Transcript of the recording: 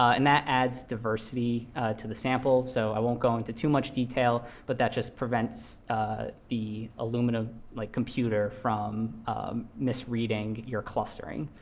and that adds diversity to the sample. so i won't go into too much detail, but that just prevents the illumina like computer from misreading your clustering.